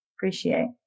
Appreciate